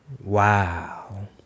Wow